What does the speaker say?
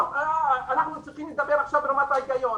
אנחנו צריכים לדבר עכשיו ברמת ההיגיון.